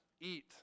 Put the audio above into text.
eat